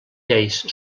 lleis